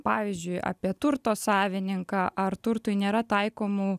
pavyzdžiui apie turto savininką ar turtui nėra taikomų